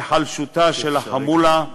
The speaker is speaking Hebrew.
היחלשותה של החמולה,